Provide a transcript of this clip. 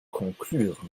conclure